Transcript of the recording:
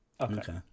Okay